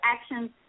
actions